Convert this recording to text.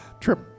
Trip